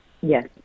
yes